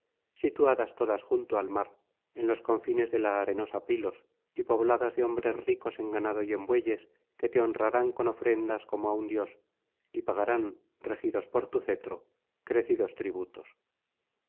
situadas todas junto al mar en los confines de la arenosa pilos y pobladas de hombres ricos en ganado y en bueyes que te honrarán con ofrendas como á un dios y pagarán regidos por tu cetro crecidos tributos